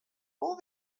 all